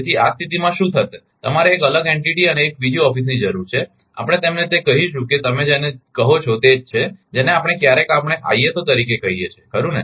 તેથી આ સ્થિતિમાં શું થશે તમારે એક અલગ એન્ટિટી અને એક બીજી ઓફિસની જરૂર છે આપણે તેમને તે કહીશું કે જેને તમે કહો છો તે જ છે જેને આપણે ક્યારેક આપણે ISO તરીકે કહીએ છીએ ખરુ ને